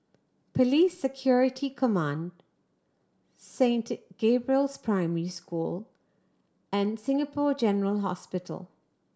Police Security Command Saint Gabriel's Primary School and Singapore General Hospital